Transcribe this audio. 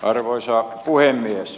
arvoisa puhemies